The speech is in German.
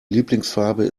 lieblingsfarbe